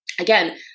again